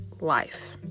life